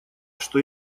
что